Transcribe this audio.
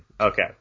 Okay